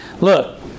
look